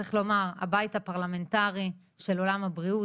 צריך לומר, הבית הפרלמנטרי של עולם הבריאות.